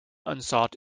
unsought